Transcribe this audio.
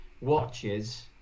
watches